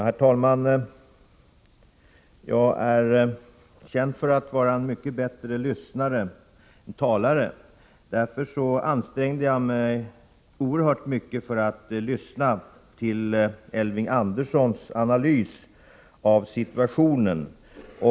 Herr talman! Jag är känd för att vara en mycket bättre lyssnare än talare, och jag ansträngde mig mycket för att lyssna till Elving Anderssons analys av situationen.